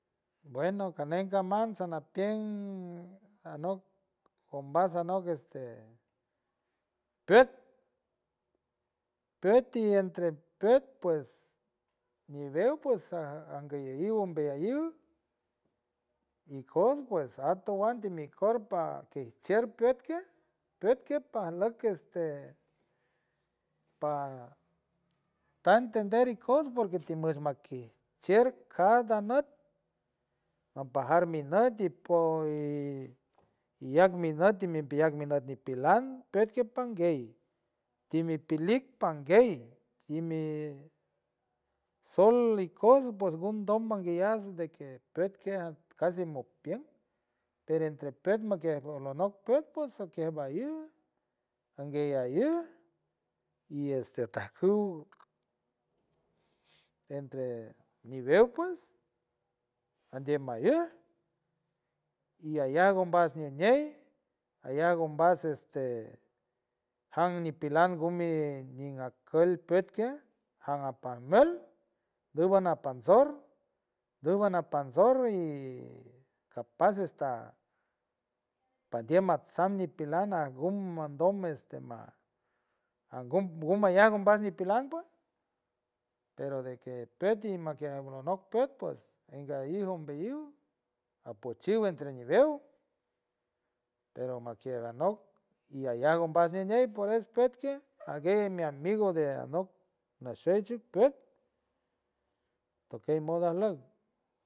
Bueno kane gaman sanapients, anok ombas anok gane este püet- püeti, entre püet pues ñivew pues a- angue llalliw ambellaliw, ikos pues ato wan dimikor par que ijcher püet kej. püet kej pajlock este, pa ta entender ikos porque tiel mush makiej, shier cada nüt, ampajar mi nüt tipoy, iyac mi nüt timi piyac mi nüt ñipilan püet ket pong guey, timipilik panguey, timi sold ikos pos ngo dom monguillas, de que püet kej al casi moj pien, per entre püet makiej olonok püet pues saque baiuy, angue aiuy, y este tajkuw entre ñiweow pues andiem ma yüj iyaya ngo umbas ñiñiey, aya ngo mbas este. jañ ñipilan ngo mi ña kuelt püet keaj, jan apa mueld ngo wan napansor, ngo wan napansor, y capaz ista pandiem, matsam ñipelan ajgun mandum. este ma ango ango mayac umbas ñipelan pues, pero de que püeti makiej alonop, püet pues enga iw lombe iw apotchiw entre ñiwew, pero makiej anok illalla ngo umbas ñeñei por respet kiej, aguey mi amigo de alnop nashuey chik püet, tokey modo ajluck.